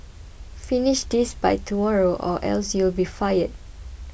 finish this by tomorrow or else you'll be fired